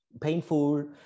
painful